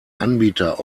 anbieter